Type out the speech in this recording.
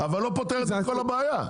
אבל לא פותרת את כל הבעיה.